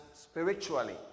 spiritually